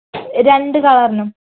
രണ്ട് കവറിനും